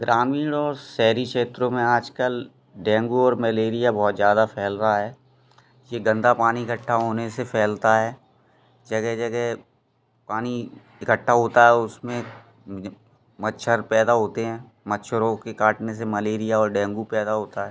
ग्रामीण और शहरी क्षेत्रों में आजकल डेंगू और मलेरिया बहुत ज़्यादा फैल रहा है यह गंदा पानी इकठ्ठा होने से फैलता है जगह जगह पानी इकठ्ठा होता है उसमें मच्छर पैदा होते हैं मछरों के काटने से मलेरिया और डेंगू पैदा होता है